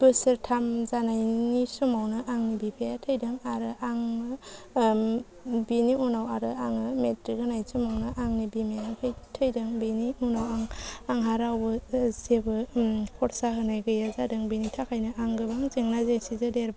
बोसोरथाम जानायनि समावनो आंनि बिफाया थैदों आरो आङो बिनि उनाव आरो आङो मेट्रिक होनाय समावनो आंनि बिमाया थैदों बेनि उनाव आं आंहा रावबो जेबो खरसा होनाय गैया जादों बेनि थाखायनो आं गोबां जेंना जेंसिजों देरबो